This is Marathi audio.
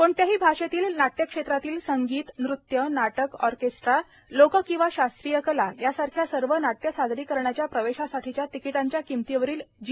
कोणत्याही भाषेतील नाट्य क्षेत्रातील संगीत नृत्य नाटक ऑर्केस्ट्रा लोक किंवा शास्त्रीय कला यासारख्या सर्व नाट्य सादरीकरणाच्या प्रवेशासाठीच्या तिकिटांच्या किंमतीवरील जी